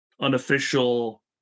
unofficial